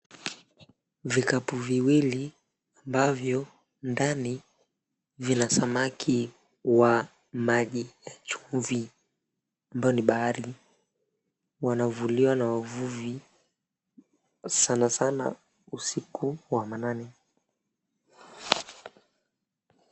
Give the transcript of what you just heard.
Vikapu viwili ambavyo ndani vina samaki wa maji ya chumvi ambayo ni bahari. Wanavuliwa na wavuvi sanasana usiku wa manane.